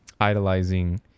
idolizing